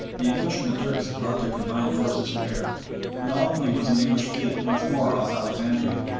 the english and the turks had brought their combined forces to bear, and not only was an english fleet once more off alexandria,